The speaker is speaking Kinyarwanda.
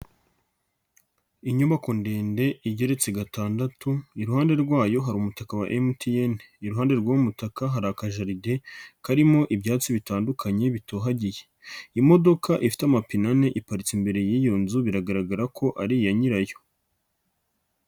Inyubako ndende igeretse gatandatu iruhande rwayo hari umutaka wa MTN, iruhande rw'umutaka hari akajaride karimo ibyatsi bitandukanye bitohagiye, imodoka ifite amapinane iparitse imbere y'iyo nzu biragaragara ko ari iya nyirayo.